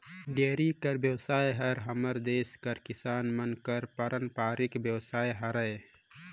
dairy कर बेवसाय हर हमर देस कर किसान मन कर पारंपरिक बेवसाय हरय